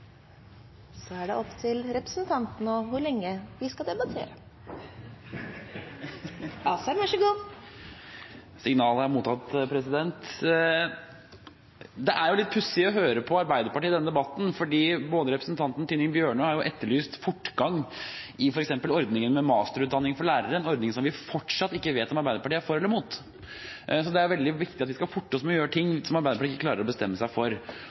er det opp til representanten hvor lenge vi skal debattere. Signalet er mottatt. Det er litt pussig å høre på Arbeiderpartiet i denne debatten, for representanten Tynning Bjørnø har etterlyst fortgang i f.eks. ordningen med masterutdanning for lærere – en ordning som vi fortsatt ikke vet om Arbeiderpartiet er for eller imot. Det er veldig viktig at vi skal forte oss med å gjøre ting som Arbeiderpartiet ikke klarer å bestemme seg for.